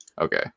Okay